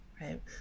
right